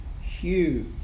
huge